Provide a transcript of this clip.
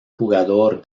jugador